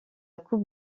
coupe